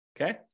Okay